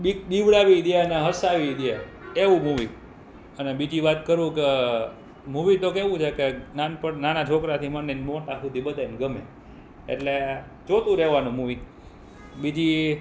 બીક બિવડાવીય દે ને હસાવી ય દે એવું મૂવી અને બીજી વાત કરું કે મૂવી તો કેવું છે કે નાનપણ નાના છોકરાથી માંડીને મોટા સુધી બધાંને ગમે એટલે જોતું રહેવાનું મૂવી બીજી